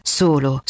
solo